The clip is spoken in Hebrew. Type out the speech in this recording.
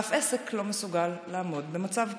אף עסק לא מסוגל לעמוד במצב כזה,